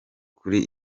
kuri